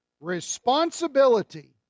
responsibility